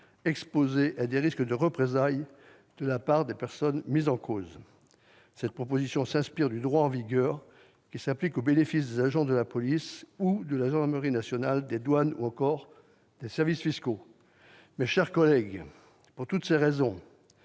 exposés à des risques de représailles de la part des personnes mises en cause. Cette proposition s'inspire du droit en vigueur qui s'applique au bénéfice des agents de la police ou de la gendarmerie nationale, des douanes ou encore des services fiscaux. Mes chers collègues, pour toutes ces raisons,